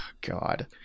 God